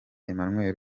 emmanuel